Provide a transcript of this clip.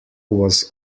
was